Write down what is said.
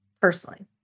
personally